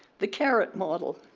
the carrot model.